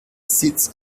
sits